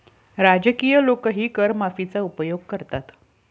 राजकीय लोकही कर माफीचा उपयोग करतात